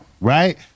Right